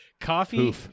coffee